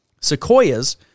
Sequoias